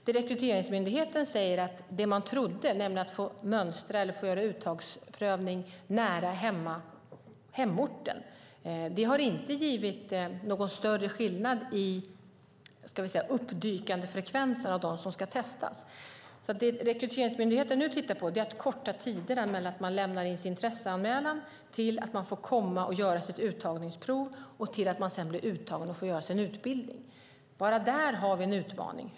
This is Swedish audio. Det Rekryteringsmyndigheten säger är att det man trodde, nämligen att människor får mönstra eller göra uttagsprövning nära hemorten, inte har givit någon större skillnad i uppdykandefrekvensen för dem som ska testas. Det Rekryteringsmyndigheten nu tittar på är att korta tiderna mellan när man lämnar in sin intresseanmälan till att man får komma och göra sitt uttagningsprov och till att man sedan blir uttagen och får göra sin utbildning. Bara där har vi en utmaning.